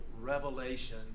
revelation